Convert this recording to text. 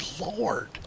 lord